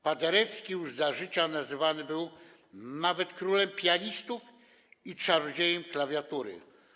Paderewski już za życia nazywany był królem pianistów i czarodziejem klawiatury.